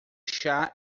chá